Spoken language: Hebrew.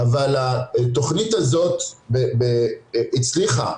התכנית הזאת מוחרגת,